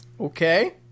Okay